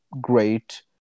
great